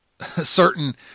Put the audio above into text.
certain